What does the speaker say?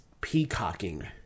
peacocking